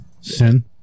sin